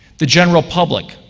the general public,